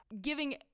giving